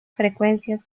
frecuencias